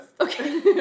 Okay